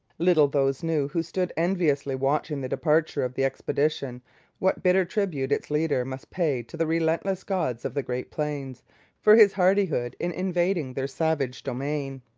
little those knew who stood enviously watching the departure of the expedition what bitter tribute its leader must pay to the relentless gods of the great plains for his hardihood in invading their savage domain.